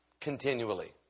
continually